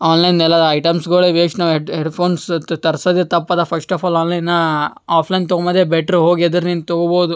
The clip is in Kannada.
ಆನ್ಲೈನ್ದೆಲ್ಲ ಐಟಮ್ಸ್ಗಳೇ ವೇಶ್ಟ್ ನಾವು ಹೆಡ್ ಹೆಡ್ಫೋನ್ಸ್ ತರ್ಸೋದೆ ತಪ್ಪದ ಫಶ್ಟ್ ಆಫ್ ಆಲ್ ಆನ್ಲೈನಾ ಆಫ್ಲೈನ್ ತಗೊಂಬದೇ ಬೆಟ್ರು ಹೋಗಿ ಎದುರ್ ನಿಂತು ತಗೊಬೋದು